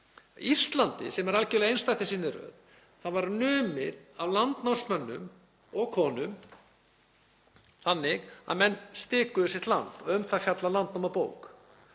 Ísland, sem er algerlega einstakt í sinni röð, var numið af landnámsmönnunum og konum þannig að menn stikuðu sitt land. Um það fjallar Landnámabók.